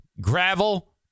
gravel